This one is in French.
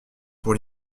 pour